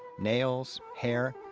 nails, hair,